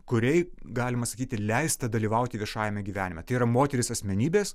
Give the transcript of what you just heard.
kuriai galima sakyti leista dalyvauti viešajame gyvenime tai yra moterys asmenybės